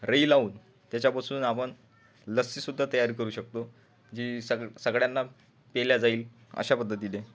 रवी लावून त्याच्यापासून आपण लस्सीसुध्दा तयार करू शकतो जी सग सगळ्यांना पिल्या जाईल अशा पद्धतीने